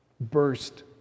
burst